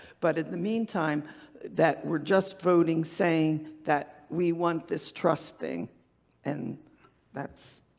but in the meantime that we're just voting saying that we want this trust thing and that's.